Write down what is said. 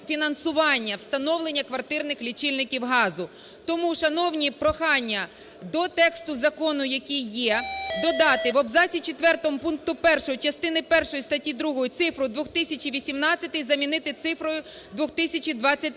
фінансування встановлення квартирних лічильників газу. Тому, шановні, прохання, до тексту закону, який є, додати: в абзаці 4 пункту 1 частини першої статті 2 цифру "2018" замінити цифрою "2023";